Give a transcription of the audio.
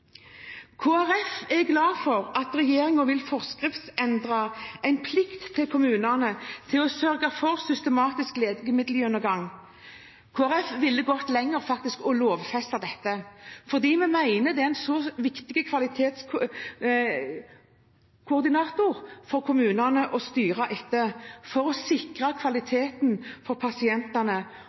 er glad for at regjeringen vil forskriftsfeste en plikt for kommunene til å sørge for systematiske legemiddelgjennomganger. Kristelig Folkeparti ville gått lenger og faktisk lovfestet dette, fordi vi mener det er en så viktig kvalitetsindikator for kommunene å styre etter for å sikre kvaliteten for pasientene